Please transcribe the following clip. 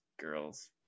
girls